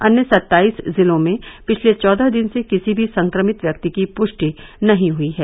अन्य सत्ताईस जिलों में पिछले चौदह दिन से किसी भी संक्रमित व्यक्ति की पुष्टि नहीं हई है